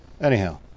Anyhow